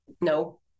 no